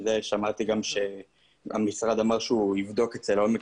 שעל זה המשרד אמר שהוא יבדוק את זה לעומק,